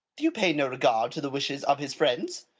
do you pay no regard to the wishes of his friends?